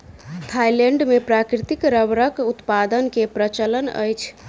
Thailand मे प्राकृतिक रबड़क उत्पादन के प्रचलन अछि